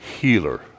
healer